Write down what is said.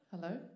hello